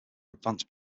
advanced